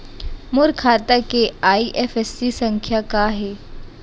मोर खाता के आई.एफ.एस.सी संख्या का हे?